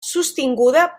sostinguda